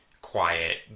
quiet